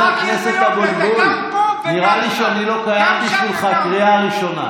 הוא קרא לי באמצע נאום.